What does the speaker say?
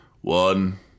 One